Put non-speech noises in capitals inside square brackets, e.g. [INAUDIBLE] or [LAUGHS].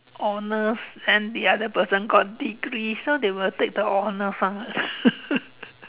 honours and the other person got degree so they will take the honours ah [LAUGHS]